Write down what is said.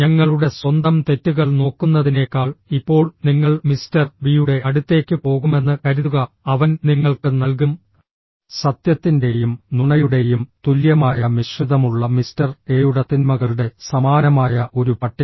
ഞങ്ങളുടെ സ്വന്തം തെറ്റുകൾ നോക്കുന്നതിനേക്കാൾ ഇപ്പോൾ നിങ്ങൾ മിസ്റ്റർ ബിയുടെ അടുത്തേക്ക് പോകുമെന്ന് കരുതുക അവൻ നിങ്ങൾക്ക് നൽകും സത്യത്തിന്റെയും നുണയുടെയും തുല്യമായ മിശ്രിതമുള്ള മിസ്റ്റർ എയുടെ തിന്മകളുടെ സമാനമായ ഒരു പട്ടിക